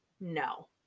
no